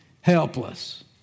helpless